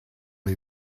les